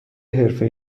حرفه